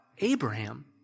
Abraham